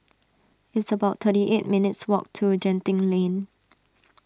it's about thirty eight minutes' walk to Genting Lane